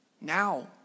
Now